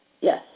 Yes